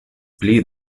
pli